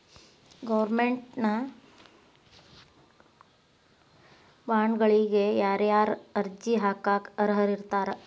Government ಬಾಂಡ್ಗಳಿಗ ಯಾರ್ಯಾರ ಅರ್ಜಿ ಹಾಕಾಕ ಅರ್ಹರಿರ್ತಾರ?